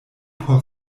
por